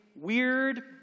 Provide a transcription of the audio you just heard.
weird